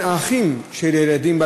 כהן, איננו,